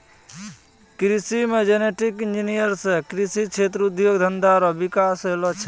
कृषि मे genetic engineer से कृषि क्षेत्र उद्योग धंधा रो विकास होलो छै